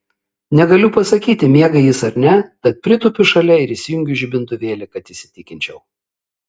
negaliu pasakyti miega jis ar ne tad pritūpiu šalia ir įsijungiu žibintuvėlį kad įsitikinčiau